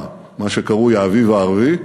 מה שקרוי "האביב הערבי".